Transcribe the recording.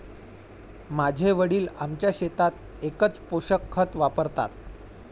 माझे वडील आमच्या शेतात एकच पोषक खत वापरतात